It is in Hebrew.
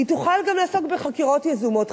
היא תוכל גם לעסוק בחקירות יזומות.